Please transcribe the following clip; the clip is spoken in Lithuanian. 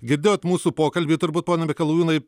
girdėjot mūsų pokalbį turbūt pone mikolajūnai